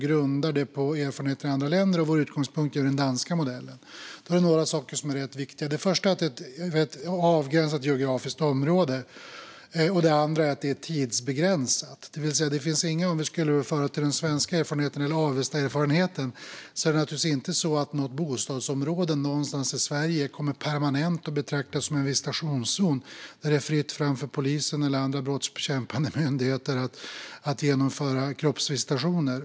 Grundat på erfarenheter från andra länder - vår utgångspunkt är den danska modellen - är det dock några saker som är rätt viktiga. Den första saken är att det rör sig om ett avgränsat geografiskt område. Den andra saken är att det är tidsbegränsat. För att anknyta till erfarenheten från Sverige, eller från Avesta, är det naturligtvis inte så att något bostadsområde någonstans i Sverige permanent kommer att betraktas som en visitationszon där det är fritt fram för polisen eller andra brottsbekämpande myndigheter att genomföra kroppsvisitationer.